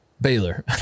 Baylor